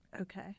Okay